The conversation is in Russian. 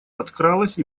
подкралась